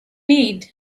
need